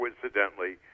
coincidentally